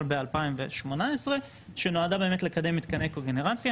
ב-2018 שנועדה באמת לקדם מתקני קוגנרציה,